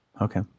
okay